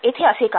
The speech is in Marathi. येथे असे का